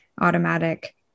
automatic